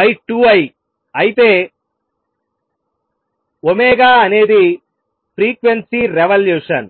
i⍵t2i అయితే ఒమేగా అనేది frequency revolution